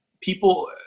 people